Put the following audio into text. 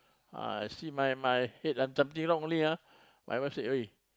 ah I see my my head ah something wrong only ah my wife say [oi]